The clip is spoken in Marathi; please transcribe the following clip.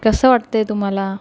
कसं वाटत आहे तुम्हाला